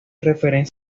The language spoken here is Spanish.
referencia